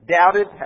doubted